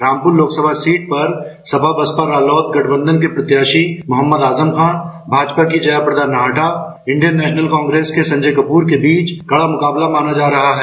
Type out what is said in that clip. Rampur Lok Sabha seat पर सपा बसपा रालोद गठबंधन के प्रत्याशी मोहम्मद आजम खां भाजपा की Jaya Prada Nahata Indian National Congress के संजय कपूर के बीच कड़ा मुकाबला माना जा रहा है